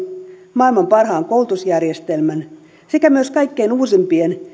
maailman parhaan koulutusjärjestelmän sekä myös kaikkein uusimpien